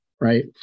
right